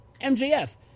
MJF